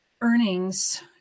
earnings